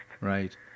Right